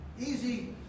easy